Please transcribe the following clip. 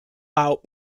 out